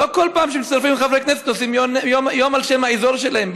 לא כל פעם שמצטרפים חברי כנסת עושים יום על שם האזור שלהם.